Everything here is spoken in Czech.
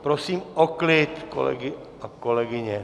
Prosím o klid kolegy a kolegyně!